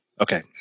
Okay